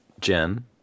Jen